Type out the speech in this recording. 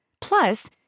Plus